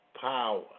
Power